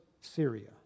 Syria